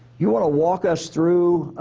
you want to walk us through,